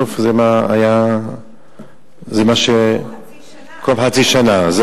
במקום חצי שנה.